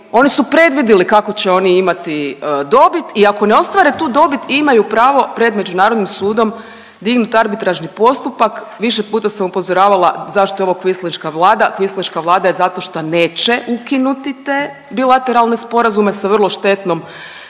Oni su predvidjeli kako će oni imati dobit i ako ne ostvare tu dobit imaju pravo pred međunarodnim sudom dignut arbitražni postupak, više puta sam upozoravala zašto je ovo kvislinška Vlada, kvislinška Vlada je zato šta neće ukinuti te bilateralne sporazume sa vrlo štetnom